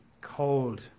cold